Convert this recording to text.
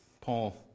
Paul